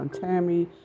Tammy